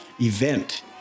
event